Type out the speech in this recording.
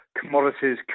Commodities